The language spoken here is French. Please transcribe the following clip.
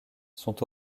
sont